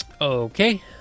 Okay